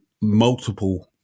multiple